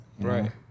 Right